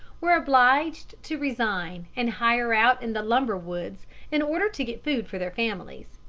were obliged to resign and hire out in the lumber woods in order to get food for their families.